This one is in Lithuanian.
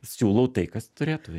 siūlau tai kas turėtų vei